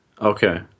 Okay